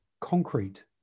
Concrete